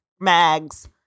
Mags